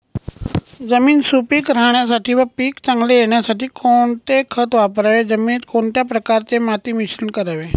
जमीन सुपिक राहण्यासाठी व पीक चांगले येण्यासाठी कोणते खत वापरावे? जमिनीत कोणत्या प्रकारचे माती मिश्रण करावे?